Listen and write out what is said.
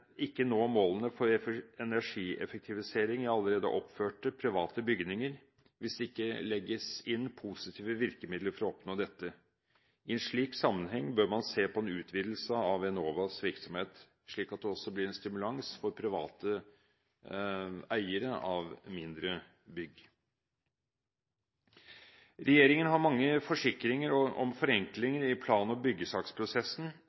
ikke nå målene for energieffektivisering i allerede oppførte private bygninger hvis det ikke legges inn positive virkemidler for å oppnå dette. I en slik sammenheng bør man se på en utvidelse av Enovas virksomhet, slik at det også blir en stimulans for private eiere av mindre bygg. Regjeringen har mange forsikringer om forenklinger i plan- og